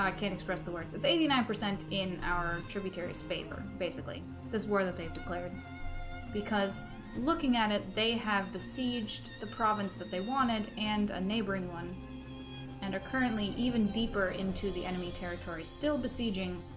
can't express the words it's eighty nine percent in our tributaries favor basically this word that they've declared because looking at it they have besieged the province that they wanted and a neighboring one and are currently even deeper into the enemy territory still besieging